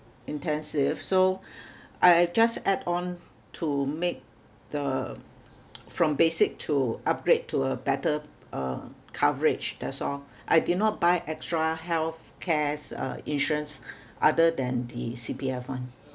intensive so I just add on to make the from basic to upgrade to a better uh coverage that's all I did not buy extra healthcares uh insurance other than the C_P_F one